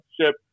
ship